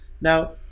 now